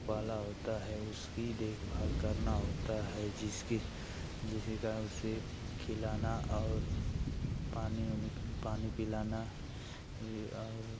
पाला होता है उसकी देखभाल करना होता है जिसके जिसके कारण उसे खिलाना और पानी वानी पानी पिलाना और